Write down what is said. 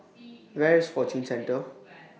Where IS Fortune Centre